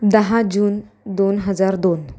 दहा जून दोन हजार दोन